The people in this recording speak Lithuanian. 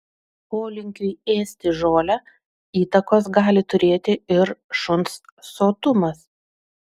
polinkiui ėsti žolę įtakos gali turėti ir šuns sotumas